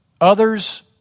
Others